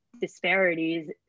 disparities